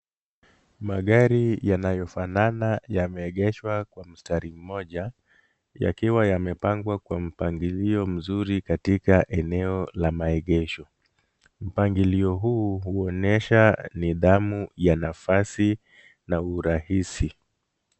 Magari yanayofanana yameegeshwa kwa mstari mmoja yakiwa yamepangwa kwa mpangilio mzuri katika eneo la maegesho. Mpangilio huu huonesha nidhamu ya nafasi na urahisi.